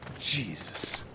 Jesus